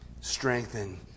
Strengthen